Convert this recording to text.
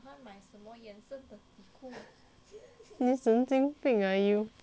你神经病 ah you